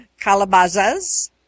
Calabazas